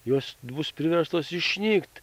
jos bus priverstos išnykt